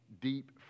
deep